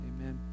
Amen